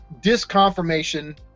disconfirmation